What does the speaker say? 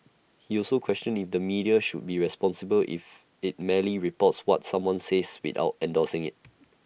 he also questioned need the media should be responsible if IT merely reports what someone says without endorsing IT